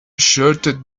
shorter